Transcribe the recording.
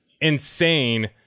insane